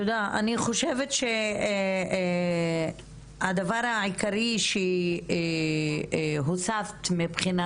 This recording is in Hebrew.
אני חושבת שהדבר העיקרי שהוספת מהבחינה